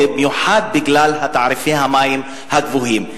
במיוחד בגלל תעריפי המים הגבוהים.